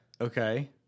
Okay